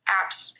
apps